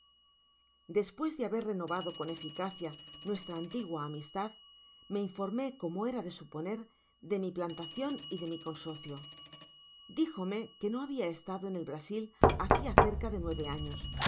despues dé habér renovado cón éflcácia nuestra anti gua amistad me informé como era de suponer de mi plantacion y de mi consocio dijome que no habia estado en el brasil hacia cerca de nueve años que